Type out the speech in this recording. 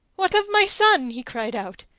what of my son? he cried out.